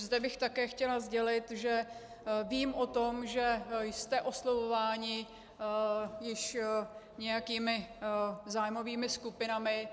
Zde bych také chtěla sdělit, že vím o tom, že jste oslovováni již nějakými zájmovými skupinami.